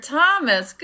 Thomas